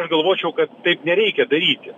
aš galvočiau kad taip nereikia daryti